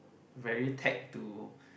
very tag to